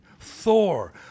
Thor